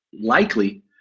likely